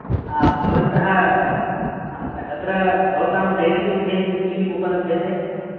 भवन्तः अत्र भवतां डैरी मध्ये किं किं उपलभ्यते